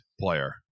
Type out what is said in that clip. player